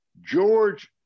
George